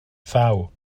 thaw